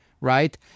right